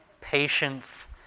patience